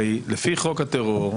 הרי לפי חוק הטרור,